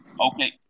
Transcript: Okay